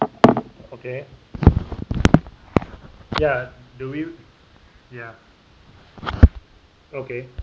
okay ya ya okay